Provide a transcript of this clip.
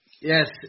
Yes